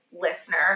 listener